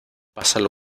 pásalo